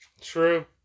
True